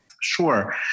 Sure